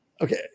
Okay